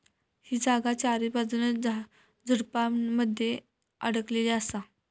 ही जागा चारीबाजून झुडपानमध्ये अडकलेली असा